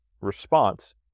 response